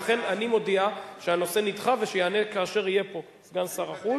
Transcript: ולכן אני מודיע שהנושא נדחה וייענה כאשר יהיה פה סגן שר החוץ.